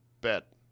bet